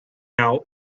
out